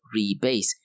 Rebase